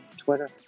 twitter